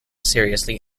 seriously